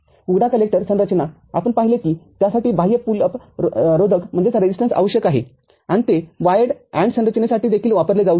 उघडा कलेक्टरसंरचना आपण पाहिले आहे की त्यासाठी बाह्य पुल अप रोधक आवश्यक आहेआणि ते वायर्ड AND संरचनेसाठी देखील वापरले जाऊ शकते